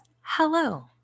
hello